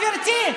גברתי,